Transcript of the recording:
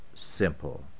simple